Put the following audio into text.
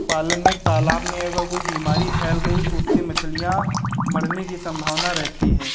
पालन में तालाब में अगर कोई बीमारी फैल गई तो उससे मछलियाँ मरने की सम्भावना रहती है